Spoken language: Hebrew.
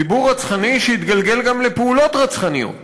דיבור רצחני שהתגלגל גם לפעולות רצחניות.